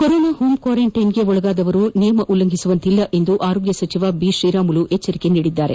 corona home quarantine ಗೆ ಒಳಗಾದವರು ನಿಯಮ ಉಲ್ಲಂಘಿಸುವಂತಿಲ್ಲ ಎಂದು ಆರೋಗ್ಯ ಸಚಿವ ಶ್ರೀರಾಮುಲು ಹೇಳಿದ್ದಾರೆ